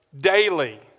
daily